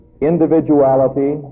individuality